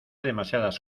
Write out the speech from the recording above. demasiadas